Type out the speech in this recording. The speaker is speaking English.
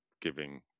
giving